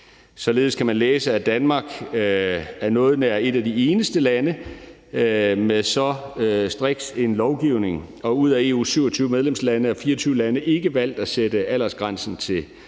Således kan man læse, at Danmark er noget nær et af de eneste lande med så striks lovgivning og ud af EU's 27 medlemslande har 24 lande valgt at sætte aldersgrænsen til